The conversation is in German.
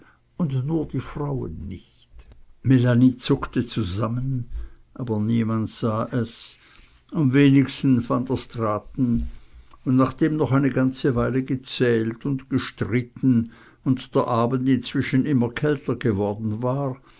und nur die frauen nicht melanie zuckte zusammen aber niemand sah es am wenigsten van der straaten und nachdem noch eine ganze weile gezählt und gestritten und der abend inzwischen immer kälter geworden war